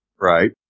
Right